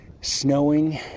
snowing